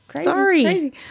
Sorry